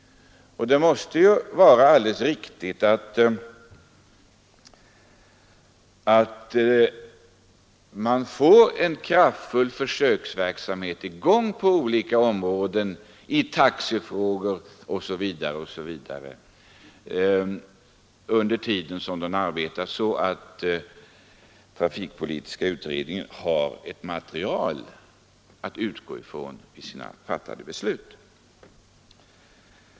Det måste ju vara alldeles riktigt att man får en kraftfull försöksverksamhet i gång på olika områden, i taxefrågor osv. under den tid trafikpolitiska utredningen arbetar, så att den har ett material att utgå från i sina beslut.